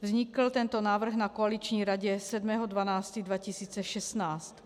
Vznikl tento návrh na koaliční radě 7. 12. 2016.